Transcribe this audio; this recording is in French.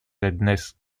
adresses